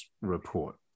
report